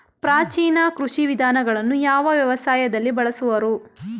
ಪ್ರಾಚೀನ ಕೃಷಿ ವಿಧಾನಗಳನ್ನು ಯಾವ ವ್ಯವಸಾಯದಲ್ಲಿ ಬಳಸುವರು?